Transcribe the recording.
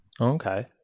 Okay